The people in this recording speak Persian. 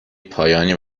پایانی